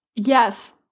yes